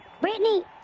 Brittany